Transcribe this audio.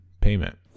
payment